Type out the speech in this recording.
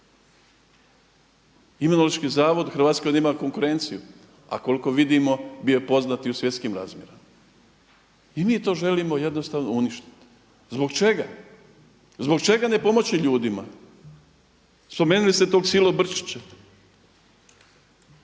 Imunološki zavod u Hrvatskoj nema konkurenciju, a koliko vidimo bio je poznat i u svjetskim razmjerima. I mi to želimo jednostavno uništiti. Zbog čega? Zbog čega ne pomoći ljudima? Spomenuli ste tog Silobrčića